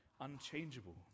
unchangeable